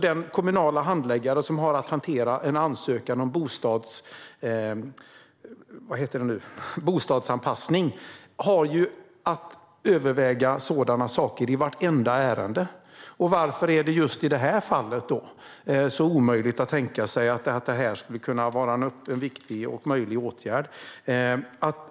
Den kommunala handläggare som har att hantera en ansökan om bostadsanpassning har att överväga sådana saker i vartenda ärende. Varför är det då just i detta fall så omöjligt att tänka sig att detta skulle kunna vara en viktig och möjlig åtgärd?